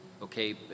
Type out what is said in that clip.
Okay